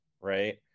Right